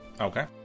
Okay